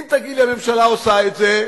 אם תגיד לי שהממשלה עושה את זה,